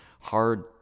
hard